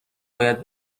باید